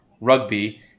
Rugby